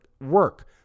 work